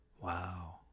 Wow